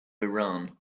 iran